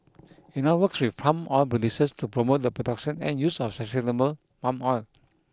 it now works with palm oil producers to promote the production and use of sustainable palm oil